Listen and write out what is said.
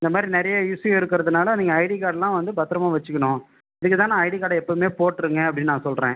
இந்த மாதிரி நிறைய இஸ்யூ இருக்கிறதுனால நீங்கள் ஐடி கார்டுலாம் வந்து பத்திரமா வெச்சிக்கணும் அதுக்கு தான் நான் ஐடி கார்டை எப்போவுமே போட்டுருங்க அப்படின்னு நான் சொல்கிறேன்